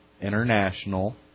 international